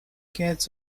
katz